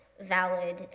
valid